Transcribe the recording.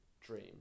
dream